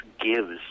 gives